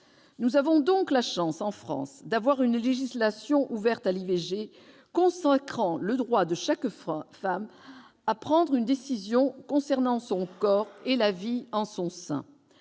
Nous avons donc la chance, en France, d'avoir une législation ouverte à l'IVG, consacrant le droit de chaque femme à prendre une décision concernant son corps et la vie en son sein.